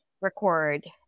record